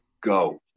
Go